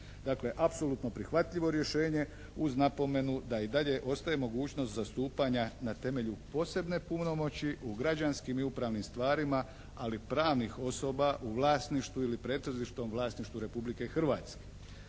Dakle apsolutno prihvatljivo rješenje uz napomenu da i dalje ostaje mogućnost zastupanja na temelju posebne punomoći u građanskim i upravnim stvarima ali pravnih osoba u vlasništvu ili pretežitom vlasništvu Republike Hrvatske.